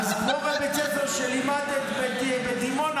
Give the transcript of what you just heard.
אז בבית ספר שלימדת בדימונה,